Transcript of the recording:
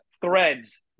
threads